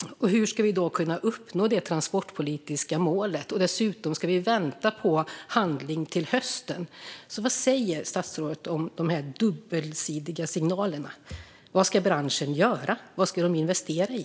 Hur ska vi då kunna uppnå det transportpolitiska målet? Dessutom ska vi tydligen vänta på handling till hösten. Vad säger statsrådet om de här dubbla signalerna? Vad ska branschen göra? Vad ska de investera i?